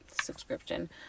subscription